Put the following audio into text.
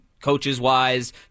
coaches-wise